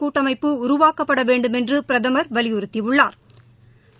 கூட்டமைப்பு உருவாக்கப்பட வேண்டுமென்று பிரதமா் வலியுறுத்தியுள்ளாா்